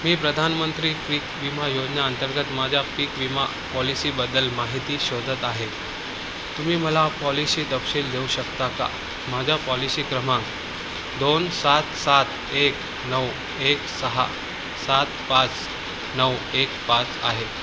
मी प्रधानमंत्री पीक विमा योजना अंतर्गत माझ्या पीक विमा पॉलिसीबद्दल माहिती शोधत आहे तुम्ही मला पॉलिशी तपशील देऊ शकता का माझ्या पॉलिसी क्रमांक दोन सात सात एक नऊ एक सहा सात पाच नऊ एक पाच आहे